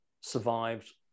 survived